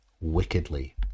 wickedly